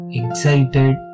excited